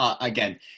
again